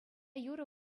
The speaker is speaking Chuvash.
юрӑ